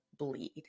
Bleed